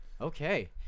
okay